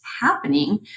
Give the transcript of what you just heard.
happening